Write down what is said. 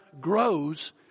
grows